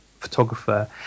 photographer